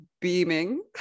beaming